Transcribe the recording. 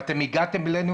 ואתם הגעתם אלינו,